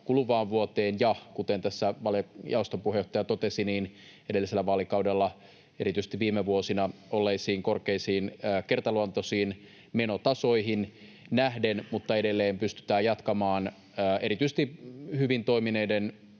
kuluvaan vuoteen ja — kuten tässä valiokunnan jaoston puheenjohtaja totesi — edellisellä vaalikaudella erityisesti viime vuosina olleisiin korkeisiin kertaluontoisiin menotasoihin nähden, mutta edelleen pystytään jatkamaan erityisesti hyvin toimineiden